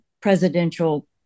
presidential